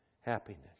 happiness